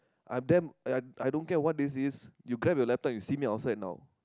Adam I I don't care what this is you grab your letter and see me outside now